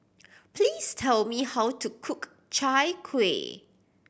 please tell me how to cook Chai Kueh